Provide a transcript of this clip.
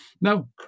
Now